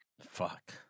Fuck